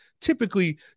typically